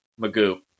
Magoo